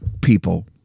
People